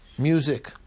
Music